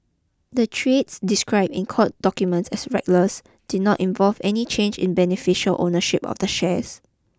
the trades described in court documents as reckless did not involve any change in beneficial ownership of the shares